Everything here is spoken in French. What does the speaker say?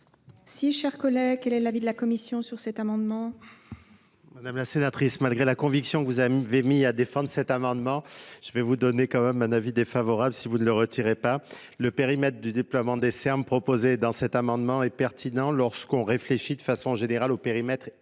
chers collègues, est l'avis de la commission sur cet amendement. Mᵐᵉ la sénatrice, malgré les la conviction que vous avez mis à défendre cet amendement, je vais vous donner quand même un avis défavorable, si vous nee le retirez pas. mètre du déploiement des Serm proposé dans cet amendement est pertinent lorsqu'on réfléchit de façon générale au périmètre d'un